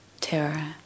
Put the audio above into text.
terror